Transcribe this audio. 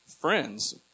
friends